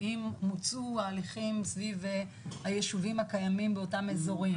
האם מוצו ההליכים סביב הישובים הקיימים באותם אזורים?